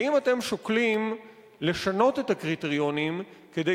האם אתם שוקלים לשנות את הקריטריונים כדי